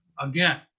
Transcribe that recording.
again